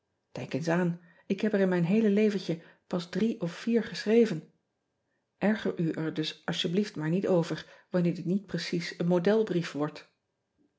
enk eens aan ik heb er in mijn heele leventje pas drie of vier geschreven rger u er dus alsjeblieft maar niet over wanneer dit niet precies een modelbrief wordt